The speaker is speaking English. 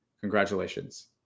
Congratulations